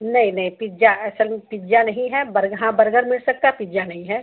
नहीं नहीं पिज़्ज़ा असल पिज़्ज़ा नहीं है बर्गर हाँ बर्गर मिल सकता है पिज़्ज़ा नहीं है